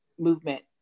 movement